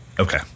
Okay